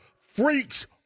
freaks